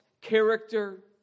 Character